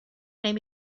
name